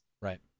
Right